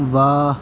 واہ